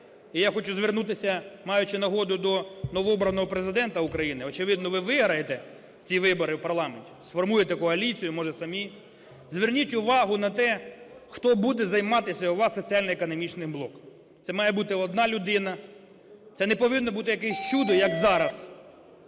І я хочу звернутися, маючи нагоду, до новообраного Президента України. Очевидно, ви виграєте ці вибори в парламент, сформуєте коаліцію, може, самі. Зверніть увагу на те, хто буде займатися у вас соціально-економічним блоком. Це має бути одна людина. Це не повинно бути якесь чудо, як зараз,